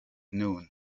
noon